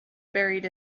buried